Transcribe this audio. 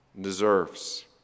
deserves